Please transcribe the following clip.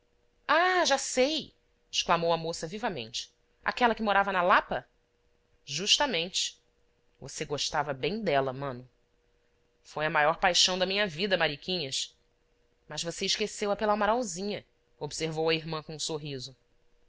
ah já sei exclamou a moça vivamente aquela que morava na lapa justamente você gostava bem dela mano foi a maior paixão da minha vida mariquinhas mas você esqueceu a pela amaralzinha observou a irmã com um sorriso